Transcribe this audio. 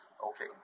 Okay